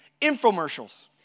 Infomercials